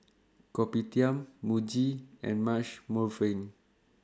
Kopitiam Muji and Marche